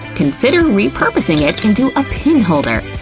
consider repurposing it into a pin holder!